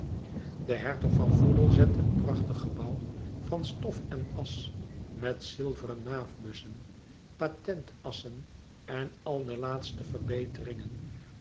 de hertog van foodle zendt een prachtig gebouw van stof en asch met zilveren naaf bussen patent a ssen en al de laatste verbeteringen